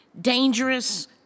dangerous